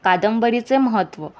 कादंबरीचें म्हत्व